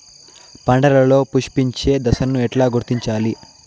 పంటలలో పుష్పించే దశను ఎట్లా గుర్తించాలి?